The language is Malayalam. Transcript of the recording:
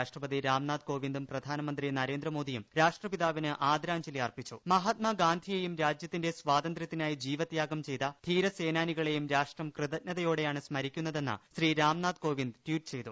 രാഷ്ട്രപതി രാംനാഥ് കോവിന്ദും പ്രധാനമന്ത്രി നരേ ന്ദ്രമോദിയും മഹാത്മാഗാന്ധിയെയും രാജ്യത്തിന്റെ സ്വാതന്ത്യത്തിനായി ജീവത്യാഗം ചെയ്ത ധീരസേനാനികളെയും രാഷ്ട്രം കൃതഞ്ജതയോ ടെയാണ് സ്മരിക്കുന്നതെന്ന് ശ്രീ രാംനാഥ് കോവിന്ദ് ട്വീറ്റ് ചെയ്തു